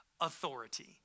authority